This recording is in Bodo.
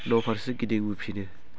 न' फारसे गिदिंबोफिनो